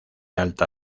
alta